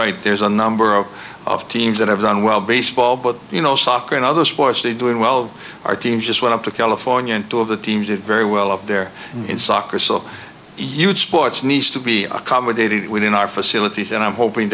right there's a number of of teams that have done well baseball but you know soccer and other sports they do it well our team just went up to california and two of the teams did very well up there in soccer so huge sports needs to be accommodated within our facilities and i'm hoping